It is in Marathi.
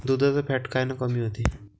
दुधाचं फॅट कायनं कमी होते?